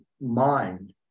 mind